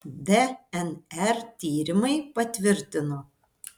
dnr tyrimai patvirtino